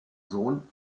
sohn